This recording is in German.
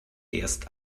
erst